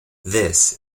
this